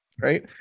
right